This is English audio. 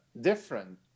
different